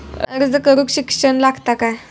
अर्ज करूक शिक्षण लागता काय?